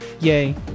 Yay